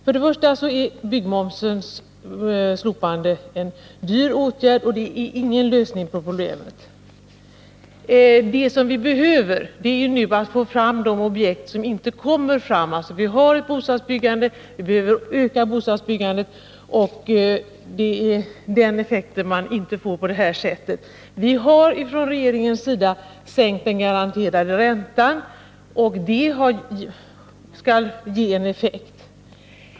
Först och främst är byggmomsens slopande en dyr åtgärd och ingen lösning på problemet. Det som nu behövs är att vi får fram de objekt som inte kommer fram. Vi har ett bostadsbyggande, men vi behöver öka detta. Den effekten uppnås dock inte genom ett slopande av byggmomsen. Från regeringens sida har man sänkt den garanterade räntan, och det skall ge effekt.